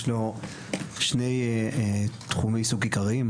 יש לו שני תחומי עיסוק עיקריים.